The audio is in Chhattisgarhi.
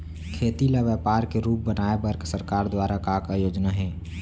खेती ल व्यापार के रूप बनाये बर सरकार दुवारा का का योजना हे?